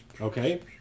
Okay